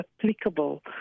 applicable